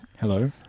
Hello